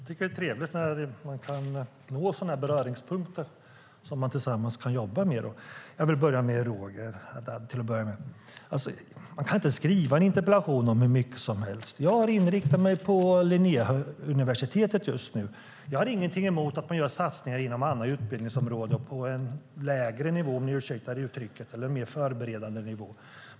Fru talman! Jag tycker att det är trevligt när man kan nå sådana här beröringspunkter som man kan jobba med tillsammans. Jag vill börja med att vända mig till Roger Haddad. Man kan inte skriva en interpellation om hur mycket som helst. Jag har inriktat mig på Linnéuniversitetet just nu. Jag har ingenting emot att man gör satsningar inom andra utbildningsområden på en lägre eller mer förberedande nivå.